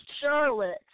Charlotte